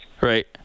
Right